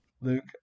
Luke